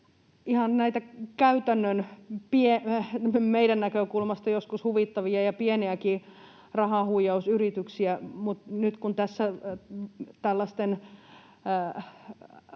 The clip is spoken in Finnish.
ihan näitä — meidän näkökulmasta joskus huvittavia ja pieniäkin — käytännön rahahuijausyrityksiä: nyt kun tässä tällaisten